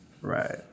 Right